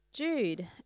Jude